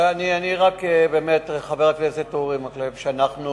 חבר הכנסת אורי מקלב,